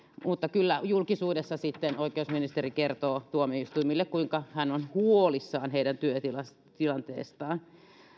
mutta kyllä julkisuudessa sitten oikeusministeri kertoo tuomioistuimille kuinka hän on huolissaan heidän työtilanteestaan